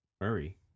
Murray